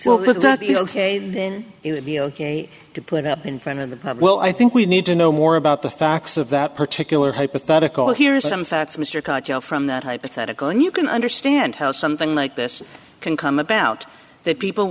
well ok then it would be ok to put up in front of the well i think we need to know more about the facts of that particular hypothetical here's some facts mr cartel from that hypothetical and you can understand how something like this can come about that people w